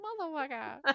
motherfucker